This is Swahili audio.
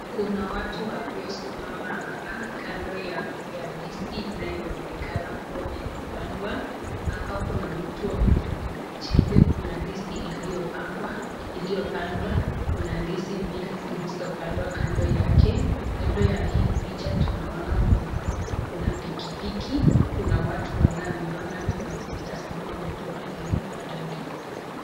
Kuna watu waliosimama hapa kando ya ndizi inayoonekana kuwa inapandwa, hapa kuna mtu mwenye ako na jembe, kuna ndizi iliyopandwa, kuna ndizi mbili zilizopandwa kando yake, kando ya hii picha tunaona kuna pikipiki, kuna watu wanaoiona tu na kuitazama mtu anayepanda ndizi.